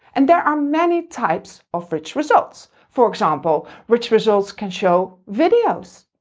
and there are many types of rich results. for example, rich results can show videos,